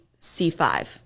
C5